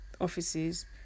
offices